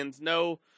no